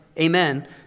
amen